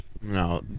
No